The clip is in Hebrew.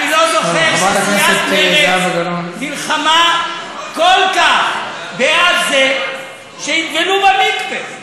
אני לא זוכר שסיעת מרצ נלחמה כל כך בעד זה שיטבלו במקווה.